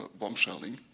bombshelling